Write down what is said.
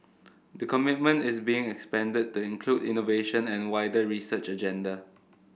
the commitment is being expanded to include innovation and wider research agenda